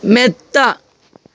മെത്ത